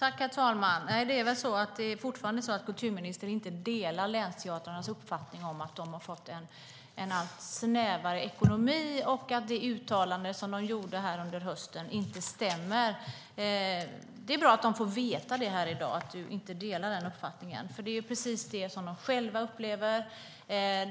Herr talman! Det är väl fortfarande så att kulturministern inte delar länsteatrarnas uppfattning om att de har fått en allt snävare ekonomi och tycker att det uttalande som de gjorde under hösten inte stämmer. Det är bra att de här i dag får veta att du inte delar den uppfattningen. Men det är precis vad de själva upplever.